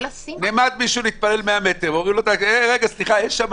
נעמד מישהו להתפלל ואומרים לו: רגע, יש שם